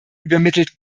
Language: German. übermittelt